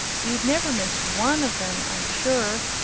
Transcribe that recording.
you'd never miss one of them, i'm sure!